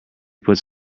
put